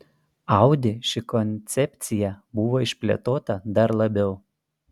audi ši koncepcija buvo išplėtota dar labiau